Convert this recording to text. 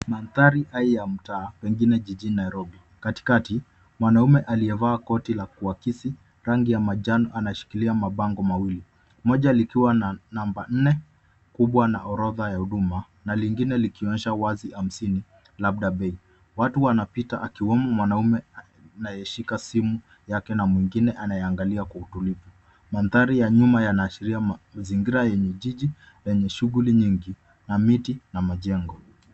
Mandhari hai ya mtaa, pengine jijini Nairobi. Katikati mwanaume aliyevaa koti la kuakisi rangi ya majani anashikilia mabango mawili, moja likiwa na namba nne kubwa na orodha ya huduma na lingine likionyesha wazi hamsini, labda bei. Watu wanapita akiwemo mwanamume anayeshika simu yake na mwingine anayeangalia kwa utulivu. Mandhari ya nyuma yanaashiria mazingira yenye jiji lenye shughuli nyingi na miti na majengo.